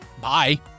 Bye